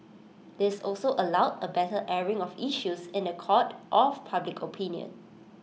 this also allowed A better airing of issues in The Court of public opinion